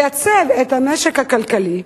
את המשק הכלכלי,